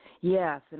Yes